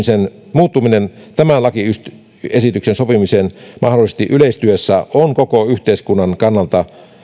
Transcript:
muuttuminen tämän lakiesityksen sopimisen mahdollisesti yleistyessä on koko yhteiskunnan kannalta